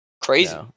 Crazy